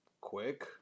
quick